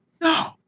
no